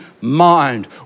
mind